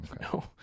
no